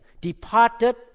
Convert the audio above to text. departed